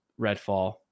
Redfall